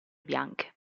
bianche